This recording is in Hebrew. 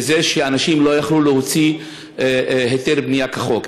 בזה שאנשים לא יכלו להוציא היתר בנייה כחוק.